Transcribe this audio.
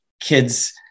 kids